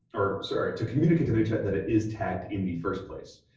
or sorry, to communicate to manychat that it is tagged in the first place.